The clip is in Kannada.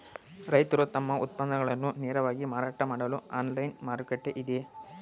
ರೈತರು ತಮ್ಮ ಉತ್ಪನ್ನಗಳನ್ನು ನೇರವಾಗಿ ಮಾರಾಟ ಮಾಡಲು ಆನ್ಲೈನ್ ಮಾರುಕಟ್ಟೆ ಇದೆಯೇ?